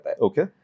Okay